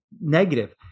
negative